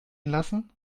lassen